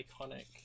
iconic